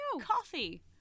coffee